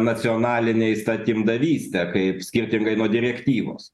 nacionalinę įstatymdavystę kaip skirtingai nuo direktyvos